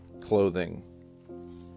clothing